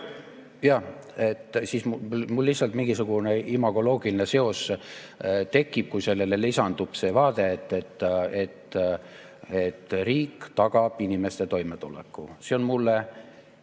Siis mul lihtsalt mingisugune imagoloogiline seos tekib, kui sellele lisandub see vaade, et riik tagab inimeste toimetuleku. See on minu